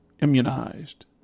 immunized